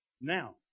Now